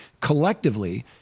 collectively